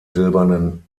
silbernen